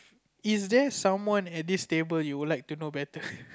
is there someone at this table you would like to know better